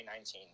2019